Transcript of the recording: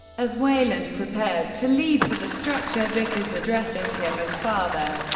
as weyland prepares to leave for the structure, vickers addresses him as father.